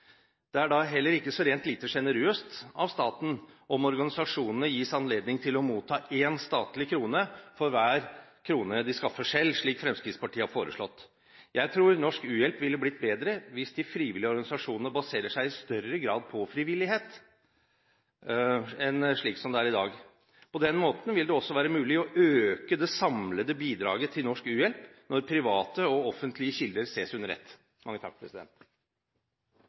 Det er da heller ikke så rent lite sjenerøst av staten om organisasjonene gis anledning til å motta én statlig krone for hver krone de skaffer selv, slik Fremskrittspartiet har foreslått. Jeg tror norsk u-hjelp ville blitt bedre hvis de frivillige organisasjonene i større grad hadde basert seg på frivillighet enn slik som det er i dag. På den måten ville det også være mulig å øke det samlede bidraget til norsk u-hjelp når private og offentlige kilder ses under ett.